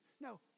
No